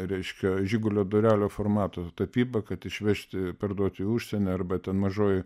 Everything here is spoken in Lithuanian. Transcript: reiškia žigulio durelio formato tapyba kad išvežti parduoti į užsienį arba ten mažoji